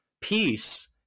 peace